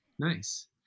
Nice